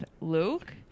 Luke